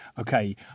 okay